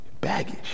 baggage